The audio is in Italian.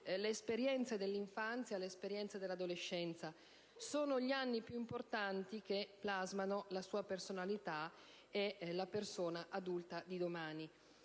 le esperienze dell'infanzia e dell'adolescenza. Sono questi gli anni più importanti, che plasmano la sua personalità e la persona adulta di domani.